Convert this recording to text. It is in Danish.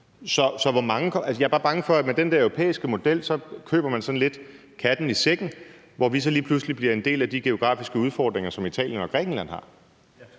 jeg er bare bange for, at man med den der europæiske model lidt køber katten i sækken, og at vi så lige pludselig bliver en del af de geografiske udfordringer, som Italien og Grækenland har.